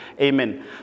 Amen